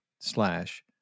slash